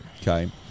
Okay